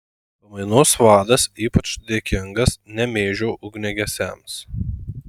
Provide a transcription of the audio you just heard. pamainos vadas ypač dėkingas nemėžio ugniagesiams